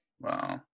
wow